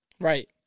right